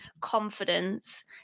confidence